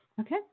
Okay